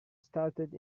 started